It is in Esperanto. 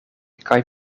kaj